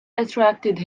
attracted